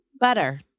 butter